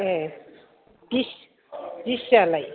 ए दिस दिसिआलाय